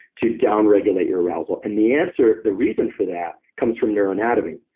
to down regulate your arousal, and the answer. the reason for that comes from neuroanatomy.